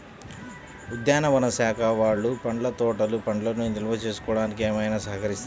ఉద్యానవన శాఖ వాళ్ళు పండ్ల తోటలు పండ్లను నిల్వ చేసుకోవడానికి ఏమైనా సహకరిస్తారా?